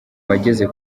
wageze